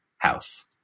house